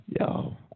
Yo